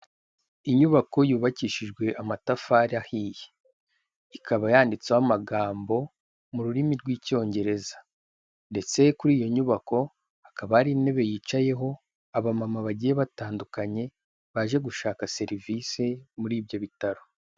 Inyubako yubakishijwe amatafari ahiye, ikaba yanditseho amagambo mu rurimi rw'icyongereza ndetse kuri iyo nyubako hakaba ari intebe yicayeho abamama bagiye batandukanye, baje gushaka serivisi muri ibyo bitaro.